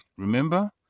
Remember